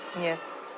Yes